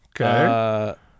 Okay